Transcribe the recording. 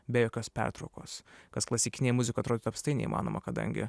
be jokios pertraukos kas klasikinėje muzikoj atrodytų apskritai neįmanoma kadangi